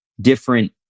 different